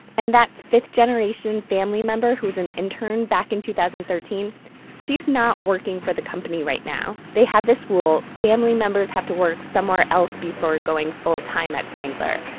and that fifth-generation family member who was an intern back in two thousand and thirteen she's not working for the company right now. they have this rule. family members have to work somewhere else before going full-time at spangler.